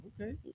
Okay